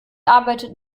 arbeitet